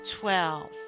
twelve